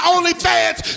OnlyFans